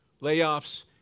Layoffs